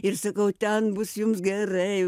ir sakau ten bus jums gerai